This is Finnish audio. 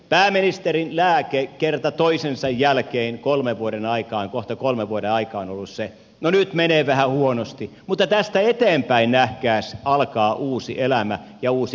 pääministerin lääke kerta toisensa jälkeen kohta kolmen vuoden aikaan on ollut se että no nyt menee vähän huonosti mutta tästä eteenpäin nähkääs alkaa uusi elämä ja uusi kasvu